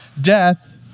death